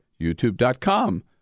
youtube.com